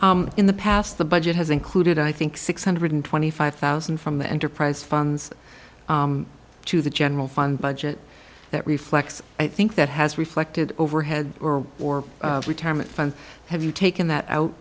committee in the past the budget has included i think six hundred twenty five thousand from the enterprise funds to the general fund budget that reflects i think that has reflected overhead or retirement funds have you taken that out